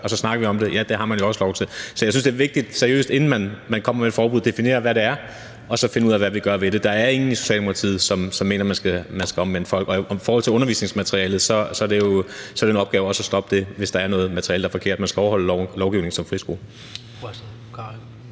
og så snakker vi om det? Ja, det har man jo også lov til. Så seriøst – inden man kommer med et forbud – synes jeg, det er vigtigt at definere, hvad det er, og så finde ud af, hvad vi gør ved det. Der er ingen i Socialdemokratiet, som mener, at man skal omvende folk. Og i forhold til undervisningsmaterialet er det en opgave også at stoppe det, hvis der er noget materiale, der er forkert. Man skal overholde lovgivningen som friskole.